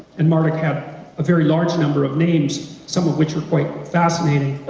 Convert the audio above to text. and martyr kept a very large number of names, some of which are quite fascinating,